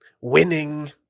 Winning